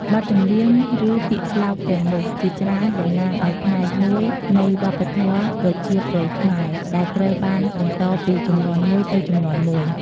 បទចម្រៀង ឬពាក្យស្លោកទាំងនោះជាច្រើនតំណាងឱ្យផ្នែកមួយនៃវប្បធម៌ប្រជាប្រិយខ្មែរ ដែលត្រូវបានបន្តពីជំនាន់មួយទៅជំនាន់មួយ។